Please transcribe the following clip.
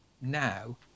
now